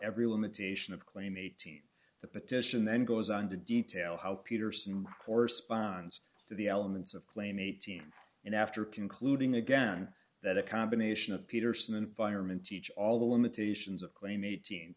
every limitation of claim eighteen the petition then goes on to detail how peterson corresponds to the elements of claim a team and after concluding again that a combination of peterson environment teach all the limitations of claim eighteen